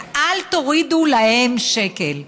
ואל תורידו להם שקל.